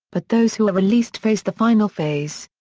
but those who are released face the final phase.